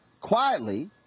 quietly